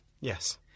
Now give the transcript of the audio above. Yes